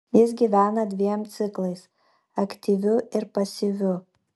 jis gyvena dviem ciklais aktyviu ir pasyviu